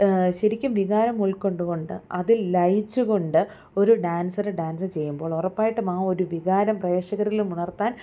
ശരിക്കും വികാരം ഉൾക്കൊണ്ടു കൊണ്ട് അതിൽ ലയിച്ച് കൊണ്ട് ഒരു ഡാൻസർ ഡാൻസ്സ് ചെയ്യുമ്പോൾ ഉറപ്പായിട്ടും ആ ഒരു വികാരം പ്രേഷകരിലും ഉണർത്താൻ